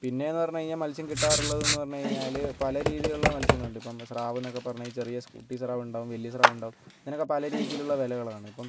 പിന്നെയെന്ന് പറഞ്ഞാൽ മത്സ്യം കിട്ടാറുള്ളതെന്ന് പറഞ്ഞാൽ പല രീതിയിലുള്ള മത്സ്യങ്ങളുണ്ട് ഇപ്പം സ്രാവ് എന്നൊക്കെ പറഞ്ഞാൽ ചെറിയ കുട്ടി സ്രാവുണ്ടാകും വലിയ സ്രാവുണ്ടാകും ഇതിനൊക്കെ പല രീതിയിലുള്ള വിലകളാണ് ഇപ്പം